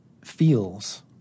feels